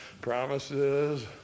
promises